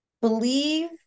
believe